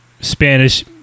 Spanish